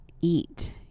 eat